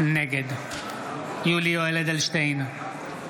נגד יולי יואל אדלשטיין,